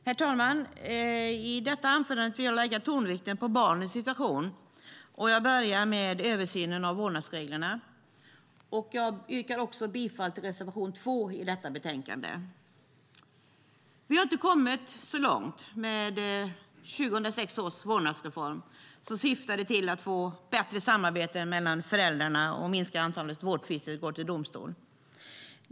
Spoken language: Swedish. Herr talman! I detta anförande vill jag lägga tonvikten på barnens situation. Jag börjar med översynen av vårdnadsreglerna. Jag yrkar bifall till reservation 2 i betänkandet. Vi har inte kommit så långt med 2006 års vårdnadsreform, som syftade till att få bättre samarbete mellan föräldrarna och att minska antalet vårdnadstvister som går till domstol.